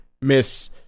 Miss